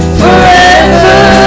forever